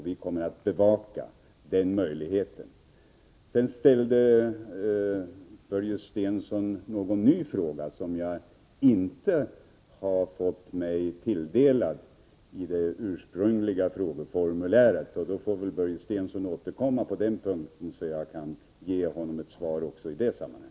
Vi kommer att bevaka den möjligheten. Sedan ställde Börje Stensson en ny fråga, som jag inte har fått mig förelagd i det ursprungliga frågemanuskriptet. Börje Stensson får väl återkomma på den punkten, så att jag kan lämna ett svar också därvidlag.